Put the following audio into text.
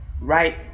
Right